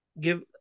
Give